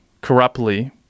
corruptly